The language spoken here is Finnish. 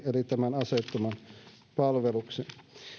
eli tämän aseettoman palveluksen